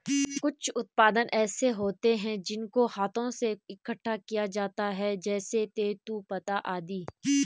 कुछ उत्पाद ऐसे होते हैं जिनको हाथों से इकट्ठा किया जाता है जैसे तेंदूपत्ता आदि